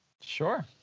sure